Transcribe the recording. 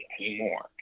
anymore